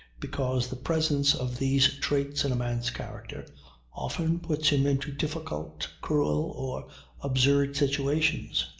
because the presence of these traits in a man's character often puts him into difficult, cruel or absurd situations,